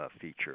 feature